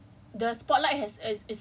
no but the thing is that the thing about